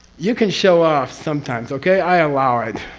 you can show off sometimes. okay? i allow it.